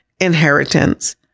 inheritance